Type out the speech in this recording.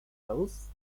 notes